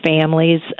families